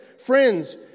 Friends